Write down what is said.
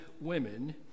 women